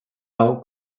hau